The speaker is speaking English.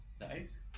Nice